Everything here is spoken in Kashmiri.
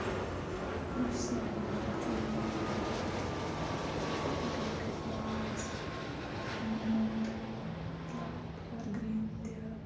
بہٕ چھَس لاگَان پرٛٮ۪تھ ؤری پنٛنہِ پارکہِ لَکٕٹۍ لَکٕٹۍ فٕلاوٲرٕس یِم مےٚ ؤنمو تۄہہِ مطلب اٮ۪وَر گرٛیٖن تہِ